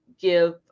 give